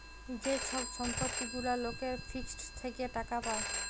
যে ছব সম্পত্তি গুলা লকের ফিক্সড থ্যাকে টাকা পায়